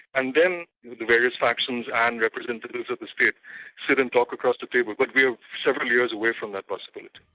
and then various factions and representatives of the state sit and talk across the table, but we're several years away from that possibility.